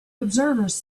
observers